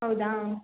ಹೌದಾ